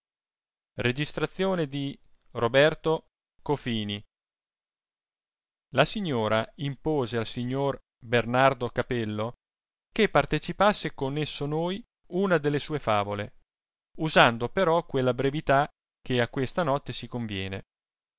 del vago enimma la signora impose al signor bernardo capello che partecipasse con esso noi una delle sue favole usando però quella brevità che a questa notte si conviene